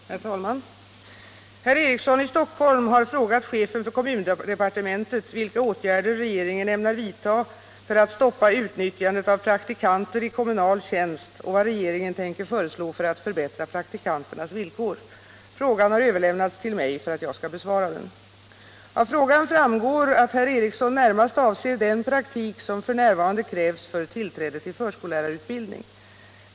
Herr talman! Herr Eriksson i Stockholm har frågat chefen för kommundepartementet vilka åtgärder regeringen ämnar vidta för att stoppa utnyttjandet av praktikanter i kommunal tjänst och vad regeringen tänker föreslå för att förbättra praktikanternas villkor. Frågan har överlämnats till mig för att jag skall besvara den. Av frågan framgår att herr Eriksson närmast avser den praktik som f.n. krävs för tillträde till förskollärarutbildning.